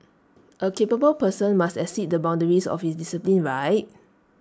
A capable person must exceed the boundaries of his discipline right